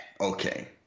okay